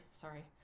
sorry